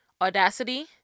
audacity